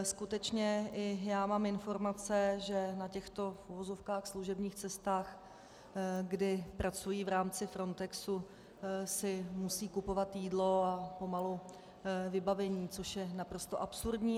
Skutečně, mám informace, že na těchto v uvozovkách služebních cestách, kdy pracují v rámci Frontexu, si musí kupovat jídlo a pomalu vybavení, což je naprosto absurdní.